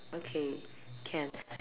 okay can